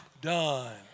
done